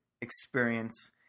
experience